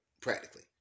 Practically